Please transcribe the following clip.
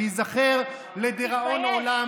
וייזכר לדיראון עולם,